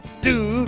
Dude